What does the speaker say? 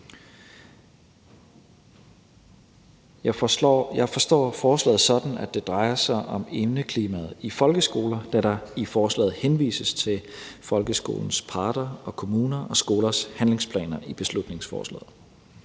Jeg forstår forslaget sådan, at det drejer sig om indeklimaet i folkeskoler, da der i forslaget henvises til folkeskolens parter, kommunerne og skolernes handlingsplaner i beslutningsforslaget.